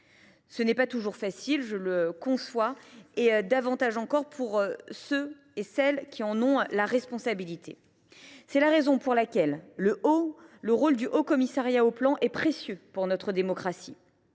Ce n’est pas toujours facile, je le conçois, et encore moins pour celles et pour ceux qui sont en responsabilité. C’est la raison pour laquelle le rôle du Haut Commissariat au plan est précieux pour notre démocratie.